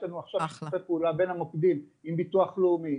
אנחנו עושים עכשיו שיתופי פעולה בין המוקדים עם הביטוח לאומי,